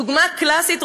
דוגמה קלאסית,